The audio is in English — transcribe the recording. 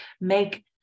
make